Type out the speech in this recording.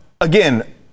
again